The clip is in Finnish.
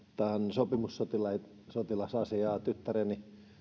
sopimussotilasasiaan tyttäreni